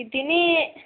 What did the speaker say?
ഇതിന്